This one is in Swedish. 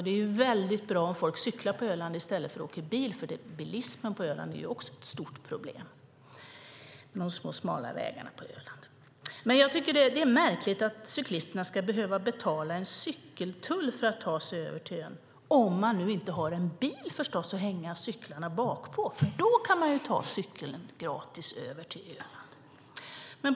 Det är väldigt bra om folk cyklar på Öland i stället för att åka bil, för bilismen på Öland är också ett stort problem med de små, smala vägarna. Jag tycker ändå att det är märkligt att cyklisterna ska behöva betala en cykeltull för att ta sig över till ön, om man nu inte har en bil förstås att hänga cykeln bakpå. Då kan man ju ta cykeln gratis över till Öland.